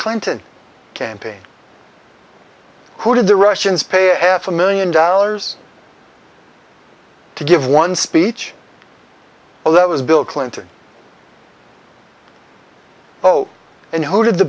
clinton campaign who did the russians pay a half a million dollars to give one speech well that was bill clinton oh and who did the